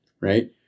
Right